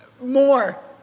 more